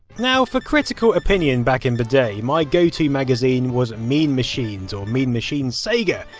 now for critical opinion back in the day, my go to magazine was mean machines, or mean machines sega,